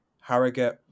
Harrogate